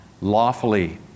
lawfully